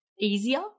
easier